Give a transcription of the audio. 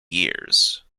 years